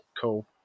cool